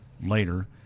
later